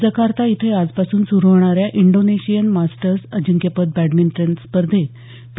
Jakarta इथे आजपासून स्रू होणाऱ्या इंडोनेशियन मास्टर्स अजिंक्यपद बॅडमिंटन स्पर्धेत पी